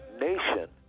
nation